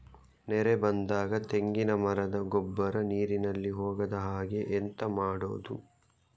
ನೆರೆ ಬಂದಾಗ ತೆಂಗಿನ ಮರದ ಗೊಬ್ಬರ ನೀರಿನಲ್ಲಿ ಹೋಗದ ಹಾಗೆ ಎಂತ ಮಾಡೋದು?